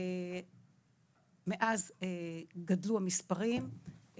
מאז גדלו המספרים,